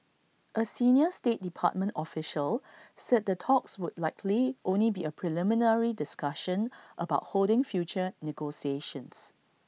A senior state department official said the talks would likely only be A preliminary discussion about holding future negotiations